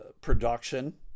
production